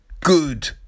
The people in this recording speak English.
good